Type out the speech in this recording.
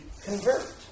convert